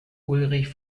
ulrich